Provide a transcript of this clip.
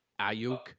Ayuk